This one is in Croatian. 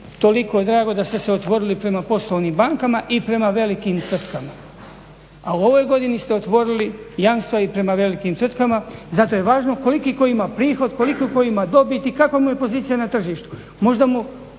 toliko drago da ste se otvorili prema poslovnim bankama i prema velikim tvrtkama, a u ovoj godini ste otvorili jamstva i prema velikim tvrtkama i zato je važno koliki tko ima prihod, koliko tko ima dobiti, kakva mu je pozicija na tržištu. Možda mu